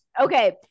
Okay